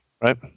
right